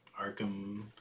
arkham